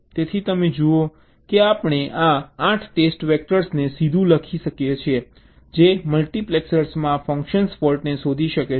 તેથી તમે જુઓ કે આપણે આ 8 ટેસ્ટ વેક્ટર્સને સીધું લખી શકીએ છીએ જે મલ્ટિપ્લેક્સરમાં આ ફંશનલ ફૉલ્ટ્સ શોધી શકે છે